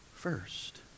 First